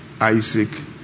Isaac